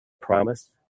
promise